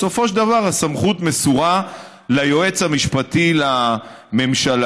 בסופו של דבר הסמכות מסורה ליועץ המשפטי לממשלה,